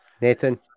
Nathan